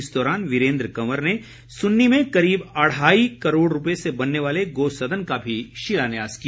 इस दौरान वीरेंद्र कंवर ने सुन्नी में करीब अढ़ाई करोड़ रुपये से बनने वाले गौसदन का भी शिलान्यास किया